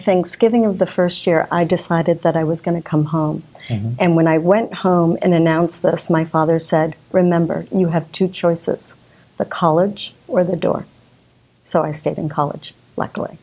thanksgiving of the first year i decided that i was going to come home and when i went home and announce this my father said remember you have two choices the college or the door so i stayed in college luckily